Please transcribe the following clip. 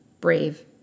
brave